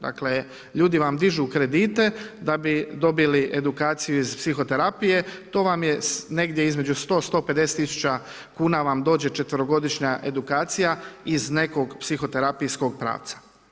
Dakle, ljudi vam dižu kredite da bi dobili edukaciju iz psihoterapije, to vam je negdje između 100-150 tisuća kuna vam dođe četverogodišnja edukacija iz nekog psihoterapijskog pravca.